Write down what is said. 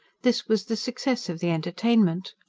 this was the success of the entertainment.